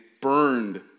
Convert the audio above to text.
burned